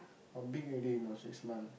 orh big already not six month